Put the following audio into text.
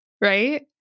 right